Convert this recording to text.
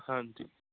ਹਾਂਜੀ